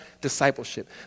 discipleship